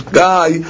guy